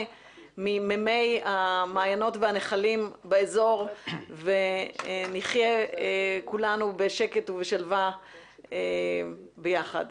מימי המעיינות והנחלים באזור ונחיה כולנו בשקט ובשלווה ביחד.